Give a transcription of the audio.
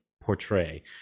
portray